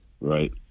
right